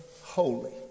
holy